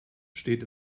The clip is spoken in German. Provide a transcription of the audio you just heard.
steht